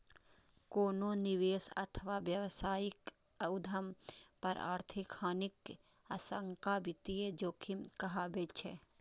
कोनो निवेश अथवा व्यावसायिक उद्यम पर आर्थिक हानिक आशंका वित्तीय जोखिम कहाबै छै